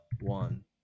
one